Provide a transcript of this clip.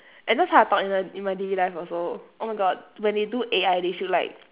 I know how I talk in a in my daily life also oh my god when they do A_I they should like